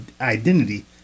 identity